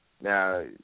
Now